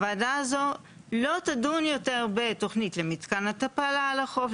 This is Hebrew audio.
הוועדה הזאת לא תדון יותר בתוכנית למתקן התפלה על החוף,